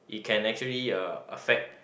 it can actually uh affect